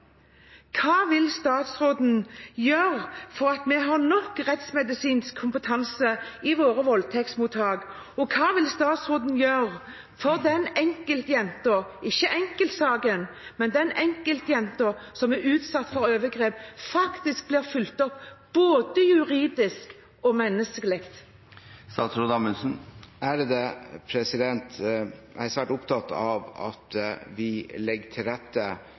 Hva vil statsråden gjøre for at vi skal ha nok rettsmedisinsk kompetanse i våre voldtektsmottak, og hva vil statsråden gjøre for at den enkeltjenta – ikke enkeltsaken – som er utsatt for overgrep, faktisk blir fulgt opp både juridisk og menneskelig? Jeg er svært opptatt av at vi legger til rette